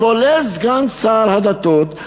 כולל סגן שר הדתות,